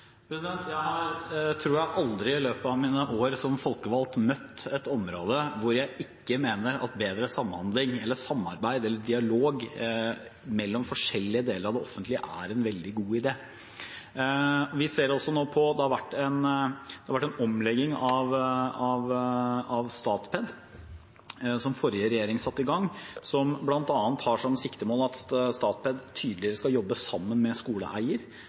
Jeg har, tror jeg, aldri i løpet av mine år som folkevalgt møtt et område hvor jeg ikke mener at bedre samhandling, samarbeid eller dialog mellom forskjellige deler av det offentlige er en veldig god idé. Det har vært en omlegging av Statped, som forrige regjering satte i gang, som bl.a. har som siktemål at Statped tydeligere skal jobbe sammen med skoleeier